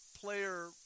player